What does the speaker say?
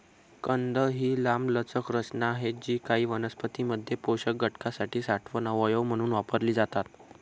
कंद ही लांबलचक रचना आहेत जी काही वनस्पतीं मध्ये पोषक घटकांसाठी साठवण अवयव म्हणून वापरली जातात